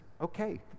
okay